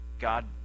God